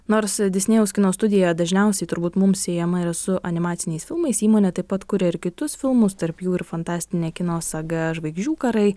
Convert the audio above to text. nors disnėjaus kino studijoje dažniausiai turbūt mums siejama yra su animaciniais filmais įmonė taip pat kuria ir kitus filmus tarp jų ir fantastinę kino saga žvaigždžių karai